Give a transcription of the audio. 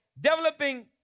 Developing